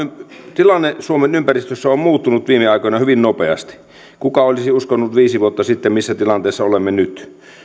tilanne suomen ympäristössä on on muuttunut viime aikoina hyvin nopeasti kuka olisi uskonut viisi vuotta sitten missä tilanteessa olemme nyt